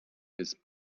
his